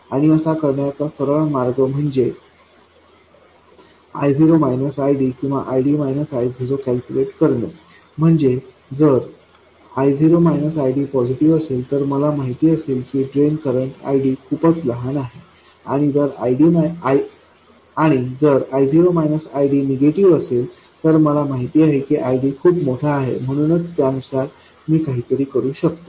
आणि असे करण्याचा एक सरळ मार्ग म्हणजे I0 ID किंवा ID I0 कॅल्क्युलेट करणे म्हणजे जर I0 ID पॉझिटिव्ह असेल तर मला माहित असेल की ड्रेन करंट ID खूपच लहान आहे आणि जर I0 ID निगेटिव्ह असेल तर मला माहित असेल की ID खूप मोठा आहे म्हणूनच त्यानुसार मी काहीतरी करू शकतो